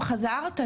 חזרת?